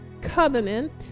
covenant